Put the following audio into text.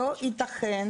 לא ייתכן